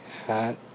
hat